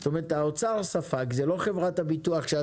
זאת אומרת האוצר ספג, זה לא חברת הביטוח?